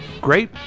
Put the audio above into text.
great